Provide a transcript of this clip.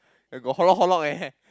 eh got eh